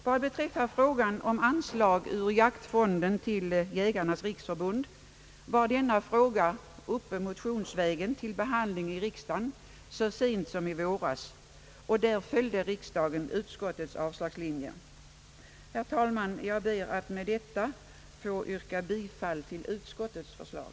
Vad beträffar anslag ur jaktfonden till Jägarnas riksförbund var denna fråga uppe motionsvägen till behandling i riksdagen så sent som i våras, varvid riksdagen följde utskottets avslagslinje. Herr talman, jag ber att med detta få yrka bifall till utskottets förslag.